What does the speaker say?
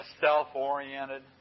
self-oriented